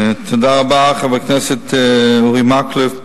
תודה רבה, חבר הכנסת אורי מקלב.